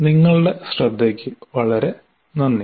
നിങ്ങളുടെ ശ്രദ്ധയ്ക്ക് വളരെ നന്ദി